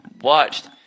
Watched